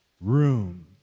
room